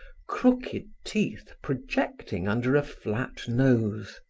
crooked teeth projecting under a flat nose.